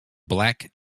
black